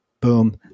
Boom